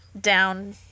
down